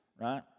right